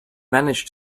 managed